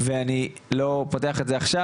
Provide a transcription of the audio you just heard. ואני לא פותח את זה עכשיו,